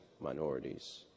minorities